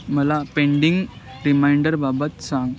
मला पेंडिंग रिमाइंडरबाबत सांग